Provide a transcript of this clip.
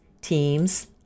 teams